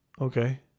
okay